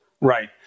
Right